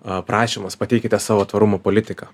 aprašymas pateikite savo tvarumo politiką